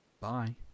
Bye